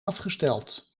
afgesteld